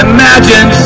Imagine